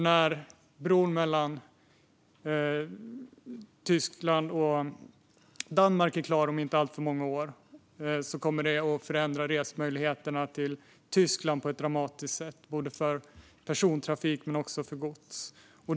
När bron mellan Tyskland och Danmark är klar om inte alltför många år kommer det att förändra resmöjligheterna till Tyskland på ett dramatiskt sätt för både person och godstrafiken.